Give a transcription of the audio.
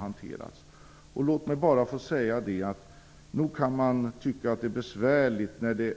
Det kan vara nog så besvärligt när det